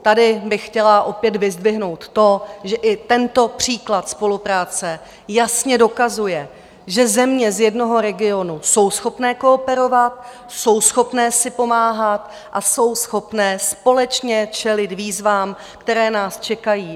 Tady bych chtěla opět vyzdvihnout to, že i tento příklad spolupráce jasně dokazuje, že země z jednoho regionu jsou schopny kooperovat, jsou schopny si pomáhat a jsou schopny společně čelit výzvám, které nás čekají.